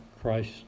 Christ